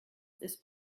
ist